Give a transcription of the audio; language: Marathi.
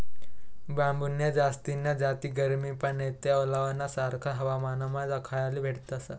बांबून्या जास्तीन्या जाती गरमीमा नैते ओलावाना सारखा हवामानमा दखाले भेटतस